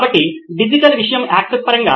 కాబట్టి డిజిటల్ విషయము యాక్సెస్ పరంగా